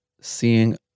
seeing